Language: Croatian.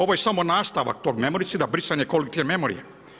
Ovo je samo nastavak tog memoricida, brisanje kolektivne memorije.